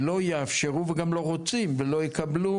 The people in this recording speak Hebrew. ולא יאפשרו וגם לא רוצים ולא יקבלו,